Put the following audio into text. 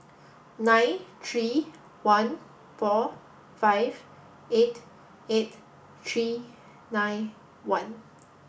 nine three one four five eight eight three nine one